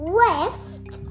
left